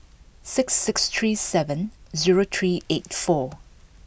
six six three seven zero three eight four